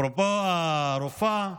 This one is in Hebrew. אפרופו הרופאה,